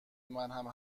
منم